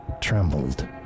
trembled